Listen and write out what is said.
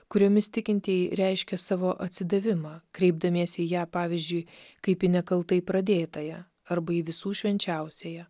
kuriomis tikintieji reiškė savo atsidavimą kreipdamiesi į ją pavyzdžiui kaip į nekaltai pradėtąją arba į visų švenčiausiąją